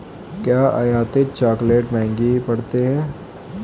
क्या आयातित चॉकलेट महंगे पड़ते हैं?